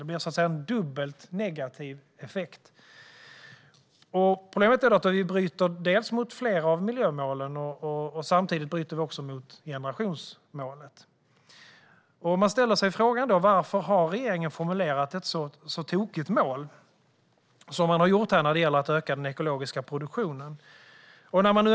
Det blir en dubbelt negativ effekt. Problemet är att vi bryter dels mot flera av miljömålen, dels mot generationsmålet. Varför har regeringen formulerat ett så tokigt mål när det gäller att öka den ekologiska produktionen?